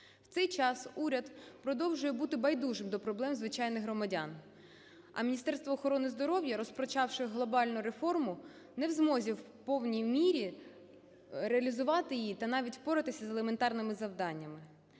В цей час уряд продовжує бути байдужим до проблем звичайних громадян, а Міністерство охорони здоров'я, розпочавши глобальну реформу, не в змозі в повній мірі реалізувати її та навіть впоратися з елементарними завданнями.